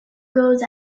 goes